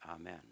amen